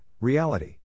reality